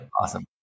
Awesome